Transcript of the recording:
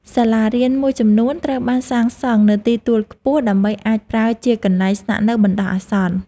សាលារៀនមួយចំនួនត្រូវបានសាងសង់នៅទីទួលខ្ពស់ដើម្បីអាចប្រើជាកន្លែងស្នាក់នៅបណ្តោះអាសន្ន។